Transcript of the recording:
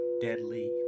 deadly